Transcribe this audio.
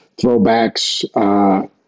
throwbacks